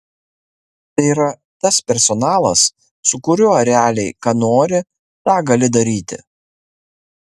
tai yra tas personalas su kuriuo realiai ką nori tą gali daryti